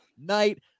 night